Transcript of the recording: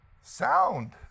Sound